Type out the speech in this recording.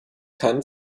keinen